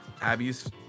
abby's